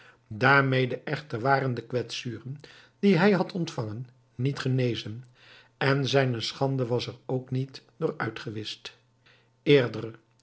daarmede echter waren de kwetsuren die hij had ontvangen niet genezen en zijne schande was er niet door uitgewischt